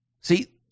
See